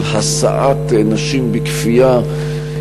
של השאת נשים בכפייה,